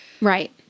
Right